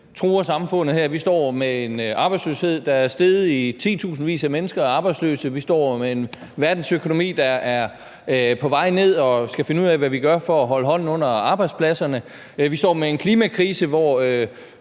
truer samfundet. Vi står med en arbejdsløshed, der er steget – i titusindvis af mennesker er arbejdsløse – vi står med en verdensøkonomi, der er på vej ned, og skal finde ud af, hvad vi gør for at holde hånden under arbejdspladserne, vi står med en klimakrise, hvor